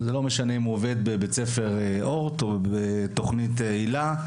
זה לא משנה אם הוא עובד בבית ספר אורט או בתוכנית היל"ה,